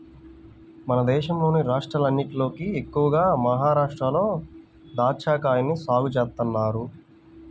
మన దేశంలోని రాష్ట్రాలన్నటిలోకి ఎక్కువగా మహరాష్ట్రలో దాచ్చాకాయల్ని సాగు చేత్తన్నారు